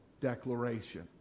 declaration